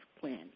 plan